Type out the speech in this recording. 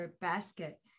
basket